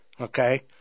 Okay